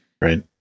right